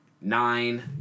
nine